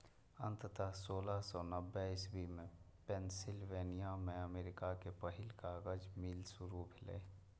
अंततः सोलह सय नब्बे इस्वी मे पेंसिलवेनिया मे अमेरिका के पहिल कागज मिल शुरू भेलै